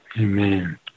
Amen